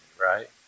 right